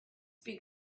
big